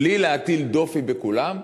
בלי להטיל דופי בכולם.